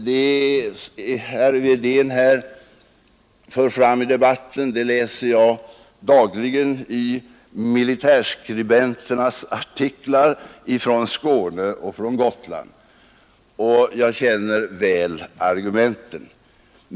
Det herr Wedén för fram här i debatten läser jag dagligen om i militärskribenternas artiklar från Skåne och från Gotland, och jag känner väl argumenten.